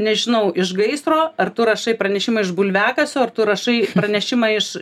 nežinau iš gaisro ar tu rašai pranešimą iš bulviakasio ar tu rašai pranešimą iš